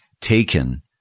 taken